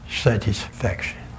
satisfaction